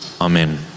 Amen